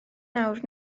nawr